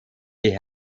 die